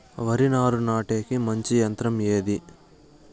వరి నారు నాటేకి మంచి యంత్రం ఏది?